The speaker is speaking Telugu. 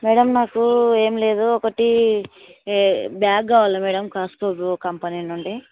మేడం నాకు ఏం లేదు ఒకటి బ్యాగ్ కావాలి మ్యాడమ్ కాస్కోగో కంపెనీ నుండి